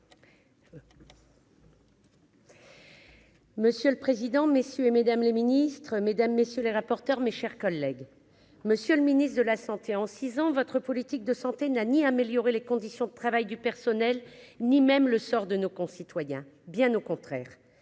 Monsieur le président, messieurs et Mesdames les Ministres, mesdames, messieurs les rapporteurs, mes chers collègues, monsieur le ministre de la Santé en 6 ans votre politique de santé n'a ni amélioré les conditions de travail du personnel, ni même le sort de nos concitoyens, bien au contraire,